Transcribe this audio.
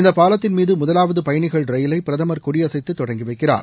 இந்த பாலத்தின் மீது முதலாவது பயணிகள் ரயிலை பிரதமர் கொடியசைத்து தொடங்கி வைக்கிறார்